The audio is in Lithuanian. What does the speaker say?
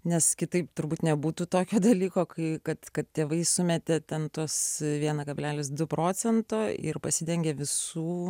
nes kitaip turbūt nebūtų tokio dalyko kai kad kad tėvai sumetė ten tuos vieną kablelis du procento ir pasidengė visų